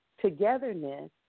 togetherness